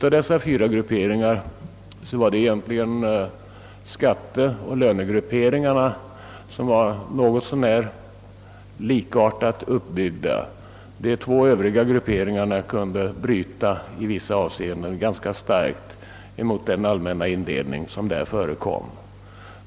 Av dessa fyra var det egentligen skatteoch lönegrupperingarna som var något så när likartat uppbyggda. De två övriga grupperingarna kunde i vissa avseenden skilja sig ganska starkt från den allmänna indelning som förekom.